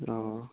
অঁ